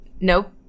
Nope